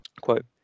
Quote